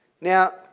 Now